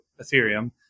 Ethereum